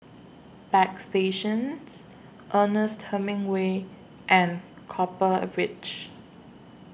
Bagstationz Ernest Hemingway and Copper Ridge